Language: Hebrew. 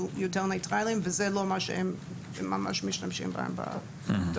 יותר ניטרליים ואלה לא הספרים שהם משתמשים בהם בתוכניות.